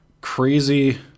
crazy